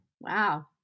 Wow